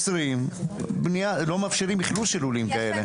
לא מאפשרות אכלוס של לולים כאלה.